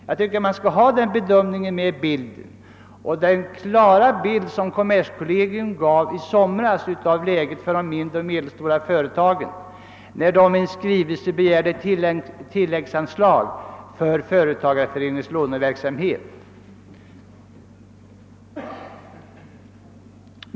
Jag tycker att dessa kreditsvårigheter bör komma med i bilden liksom den beskrivning som :kommerskollegium gav i somras av läget för de mindre och de medelstora företagen, när dessa i en skrivelse begärde tilläggsanslag för företagareföreningens låneverksamhet.